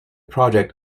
project